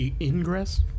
ingress